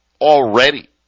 already